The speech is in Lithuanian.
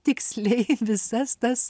tiksliai visas tas